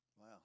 Wow